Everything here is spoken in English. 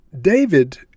David